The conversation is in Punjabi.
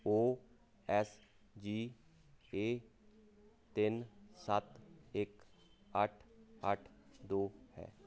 ਓ ਐੱਸ ਜੀ ਏ ਤਿੰਨ ਸੱਤ ਇੱਕ ਅੱਠ ਅੱਠ ਦੋ ਹੈ